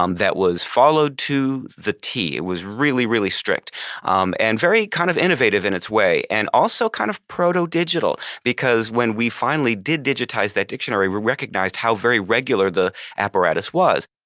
um that was followed to the t. it was really, really strict um and very kind of innovative in its way and also kind of proto-digital, because when we finally did digitize that dictionary, we recognized how very regular the apparatus was.